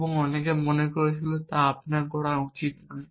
এবং অনেক লোক মনে করেছিল আপনার তা করা উচিত নয়